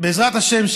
בעזרת השם,